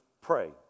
pray